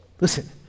Listen